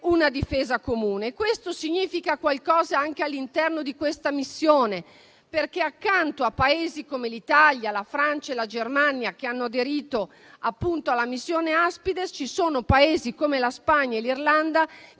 una difesa comune. Questo significa qualcosa anche all'interno di questa missione, perché accanto a Paesi come l'Italia, la Francia e la Germania, che hanno aderito alla missione Aspides, ci sono Paesi come la Spagna e l'Irlanda